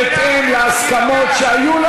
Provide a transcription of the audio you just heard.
בהתאם להסכמות שהיו.